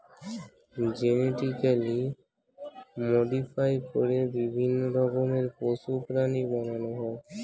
genetically modify করে বিভিন্ন রকমের পশু, প্রাণী বানানো হয়